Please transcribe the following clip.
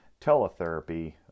teletherapy